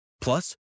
Plus